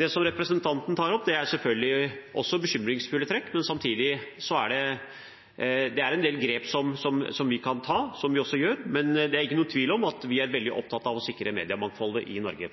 Det som representanten tar opp, er selvfølgelig også bekymringsfulle trekk, men samtidig er det en del grep som vi kan ta, som vi også gjør, men det er ikke noen tvil om at vi er veldig opptatt av å sikre mediemangfoldet i Norge.